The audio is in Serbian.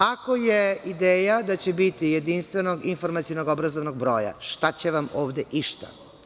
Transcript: Ako je ideja da će biti jedinstvenog informacionog obrazovnog broja, šta će vam ovde išta?